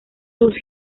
sus